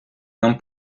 нам